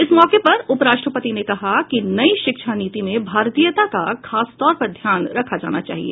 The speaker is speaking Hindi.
इस मौके पर उपराष्ट्रपति ने कहा कि नई शिक्षा नीति में भारतीयता का खास तौर पर ध्यान रखा जाना चाहिए